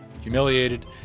humiliated